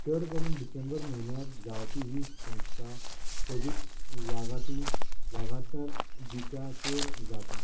चड करून डिसेंबर म्हयन्यांत जावपी ही संस्था सोबीत वाघाटी वागाटर बिचाचेर जाता